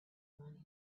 money